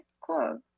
cool